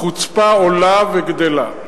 החוצפה עולה וגדלה.